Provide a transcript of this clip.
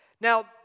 Now